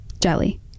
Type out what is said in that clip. Jelly